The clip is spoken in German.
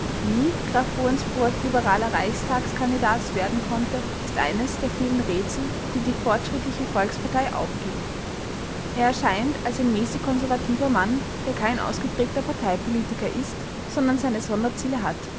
wie graf hoensbroech liberaler reichstagskandidat werden konnte ist eines der vielen rätsel die die fortschrittliche volkspartei aufgibt er erscheint als ein mäßig konservativer mann der kein ausgeprägter parteipolitiker ist sondern seine sonderziele hat